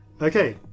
Okay